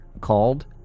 called